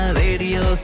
radio